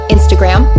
Instagram